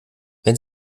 wenn